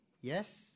Yes